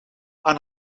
aan